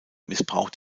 missbraucht